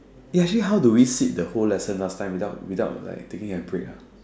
eh actually how do we sit the whole lesson last time without without like taking a break ah